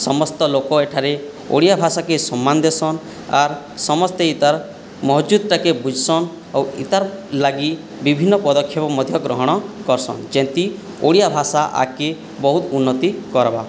ସମସ୍ତ ଲୋକ ଏଠାରେ ଓଡ଼ିଆ ଭାଷାକୁ ସମ୍ମାନ ଦେଇସନ୍ ଆର୍ ସମସ୍ତେ ଏଇଟାର ମହଜୁଦଟାକୁ ବୁଝିସନ୍ ଆଉ ଏଇଟାର ଲାଗି ବିଭିନ୍ନ ପଦକ୍ଷେପ ମଧ୍ୟ ଗ୍ରହଣ କରସନ୍ ଯେମିତି ଓଡ଼ିଆ ଭାଷା ଆଗକୁ ବହୁତ ଉନ୍ନତି କରିବ